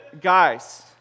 guys